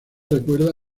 recuerda